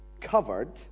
covered